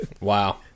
Wow